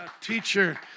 teacher